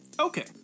Okay